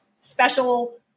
special